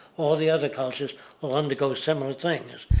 all the other cultures will undergo similar things.